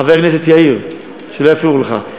חבר הכנסת יאיר, שלא יפריעו לך.